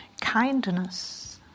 kindness